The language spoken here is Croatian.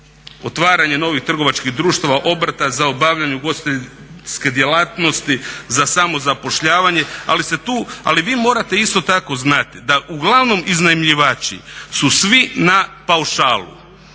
otvaranje novih trgovačkih društva, obrta za obavljanje ugostiteljske djelatnosti za samozapošljavanje. Ali se tu, ali vi morate isto tako znati da uglavnom iznajmljivači su svi na paušalu,